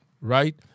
Right